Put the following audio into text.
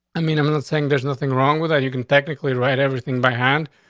i mean, i'm gonna think there's nothing wrong with that. you can technically right, everything by hand,